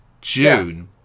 June